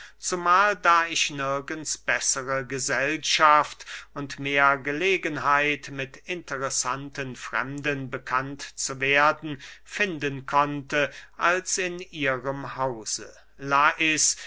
zumahl da ich nirgends bessere gesellschaft und mehr gelegenheit mit interessanten fremden bekannt zu werden finden konnte als in ihrem hause lais